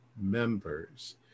members